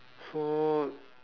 so